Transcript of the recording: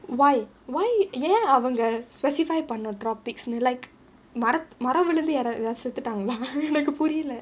why why ஏன் அவங்க:yaen avanga specify பண்ண:panna tropics like மரம் மரம் விழுந்து யாரவது எதாவது செத்துடாங்களா எனக்கு புரியல:maram maram vizhunthu yaaraavathu edhaavadhu sethuttaangalaa enakku puriyala